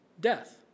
death